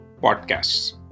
podcasts